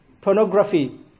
pornography